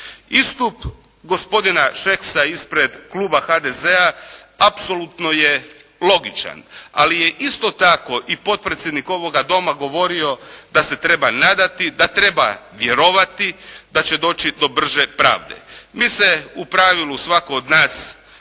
Istu gospodina Šeksa ispred kluba HDZ-a apsolutno je logičan, ali je isto tako i potpredsjednik ovoga Doma govorio da se treba nadati, da treba vjerovati da će doći do brže pravde. Mi se u pravilu svatko od nas